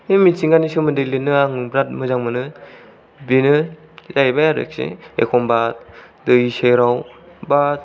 बे मिथिंगानि सोमोन्दै लिरनो आं बिराद मोजां मोनो बेनो जाहैबाय आरोखि एखम्बा दै सेराव बा